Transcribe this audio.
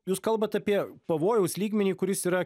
jūs kalbat apie pavojaus lygmenį kuris yra